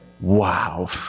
wow